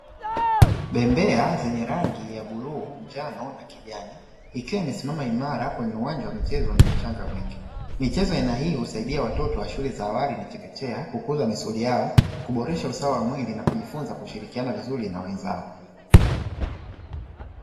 Bembea zenye rangi ya bluu, njano na kijani ikiwa imesimama imara kwenye uwanja wa michezo wenye mchanga mwingi. Michezo ya aina hio husaidia watoto wa shule za awali na chekechea kukuza misuli yao, kuboresha usawa wa mwili na kujifunza kwa kushirikiana vizuri na wenzao.